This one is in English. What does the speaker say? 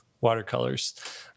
watercolors